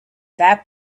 that